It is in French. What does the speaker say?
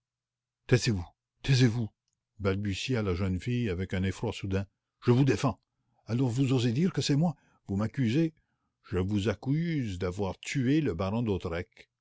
taisez-vous taisez-vous balbutia la jeune fille avec un effroi soudain je vous défends alors vous osez dire que c'est moi vous m'accusez de crime non vous n'avez pas assassiné le baron d'hautois